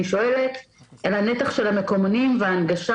ואני שואלת על הנתח של המקומונים וההנגשה